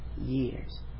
years